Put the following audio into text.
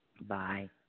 Bye